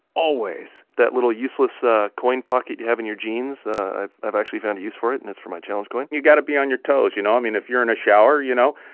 always that little useless ah coin pocket you have in your jeans, i've i've actually found a use for it, and it's for my challenge coin you got to be on your toes, you know. i mean, if you're in a shower, you know,